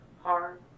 hard